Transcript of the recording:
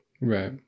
Right